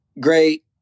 great